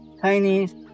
Chinese